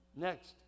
Next